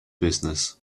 business